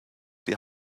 die